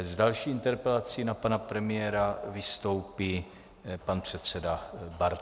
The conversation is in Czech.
S další interpelací na pana premiéra vystoupí pan předseda Bartoš.